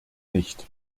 nicht